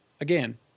Again